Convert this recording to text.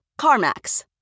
CarMax